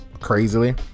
Crazily